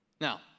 Now